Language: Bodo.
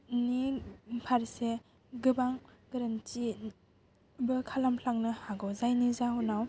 फारसे गोबां गोरोन्थिबो खालामफ्लांनो हागौ जायनि जाउनाव